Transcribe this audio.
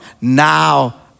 Now